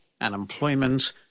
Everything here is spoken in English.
unemployment